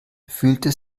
fühlte